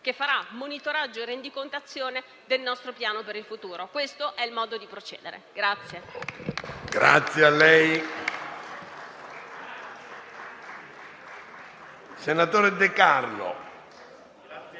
che farà monitoraggio e rendicontazione del nostro piano per il futuro. Questo è il modo di procedere.